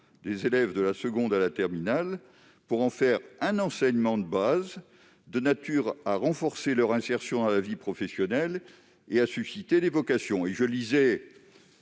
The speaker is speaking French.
des élèves de la seconde à la terminale, pour en faire un enseignement de base, de nature à renforcer leur insertion dans la vie professionnelle et à susciter des vocations ? J'ai